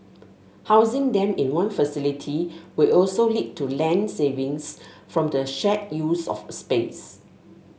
housing them in one facility will also lead to land savings from the shared use of space